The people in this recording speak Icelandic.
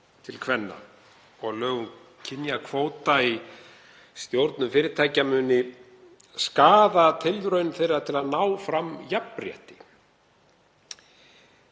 garð kvenna og lög um kynjakvóta í stjórnum fyrirtækja muni skaða tilraun þeirra til að ná fram jafnrétti.